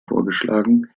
vorgeschlagen